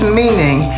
meaning